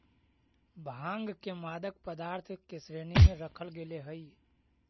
भाँग के मादक पदार्थ के श्रेणी में रखल गेले हइ